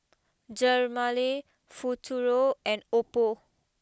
Dermale Futuro and Oppo